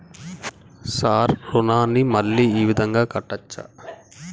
Sir రుణాన్ని మళ్ళా ఈ విధంగా కట్టచ్చా?